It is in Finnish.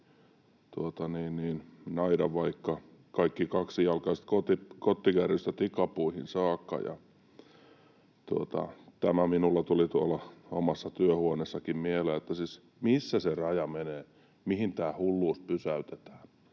naida vaikka kaikki kaksijalkaiset kottikärryistä tikapuihin saakka, ja tämä minulla tuli tuolla omassa työhuoneessakin mieleen. Siis missä se raja menee, mihin tämä hulluus pysäytetään?